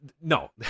no